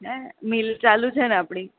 ને મિલ ચાલુ છે ને આપણી